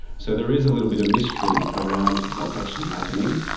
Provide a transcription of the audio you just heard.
so there is a little bit of mystery around what is actually happening.